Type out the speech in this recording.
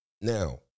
Now